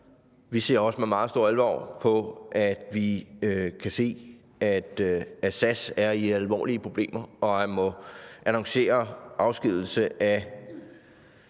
Vi ser også med meget stor alvor på det, når vi kan se, at SAS er i alvorlige problemer og har måttet annoncere afskedigelse af